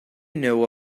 know